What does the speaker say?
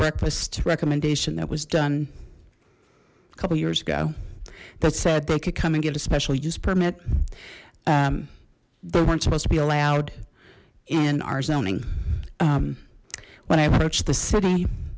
breakfast recommendation that was done a couple years ago that said they could come and get a special use permit they weren't supposed to be allowed in our zoning when i approached the city